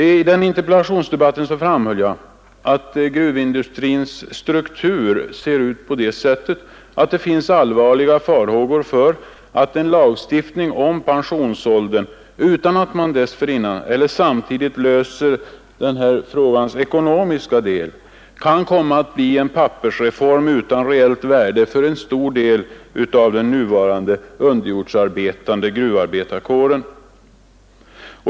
I den interpellationsdebatten framhöll jag att gruvindustrins struktur ser ut på det sättet att det finns allvarliga farhågor för att en lagstiftning om pensionsåldern, utan att man dessförinnan eller samtidigt löser denna frågas ekonomiska del, kan komma att bli en pappersreform utan reellt värde för en stor del av den nuvarande underjordsarbetande gruvarbetarkåren.